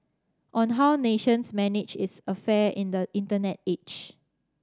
on how nations manage its affair in the Internet age